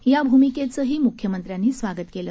या भूमिकेचंही म्ख्यमंत्र्यांनी स्वागत केलं